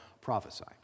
prophesy